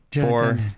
Four